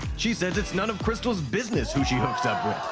she says it's none of crystal's business who she hooks up with.